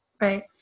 Right